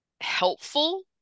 helpful